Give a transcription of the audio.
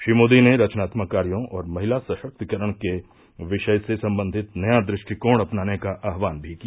श्री मोदी ने रचनात्मक कार्यों और महिला सशक्तिकरण के भविष्य से संबंधित नया दृष्टिकोण अपनाने का आह्वान भी किया